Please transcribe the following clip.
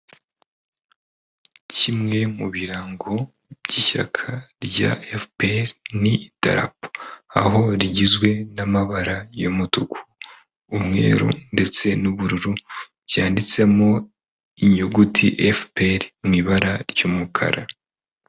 Kimwe mu birango by'ishyaka rya FPR ni itarapo. Aho rigizwe n'amabara umutuku, umweru ndetse n'ubururu, cyanditsemo inyuguti FPR mu ibara ry'umukara.